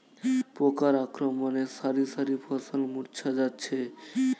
পোকার আক্রমণে শারি শারি ফসল মূর্ছা যাচ্ছে